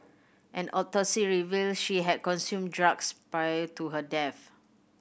an autopsy revealed she had consumed drugs prior to her death